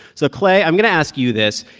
so, clay, i'm going to ask you this.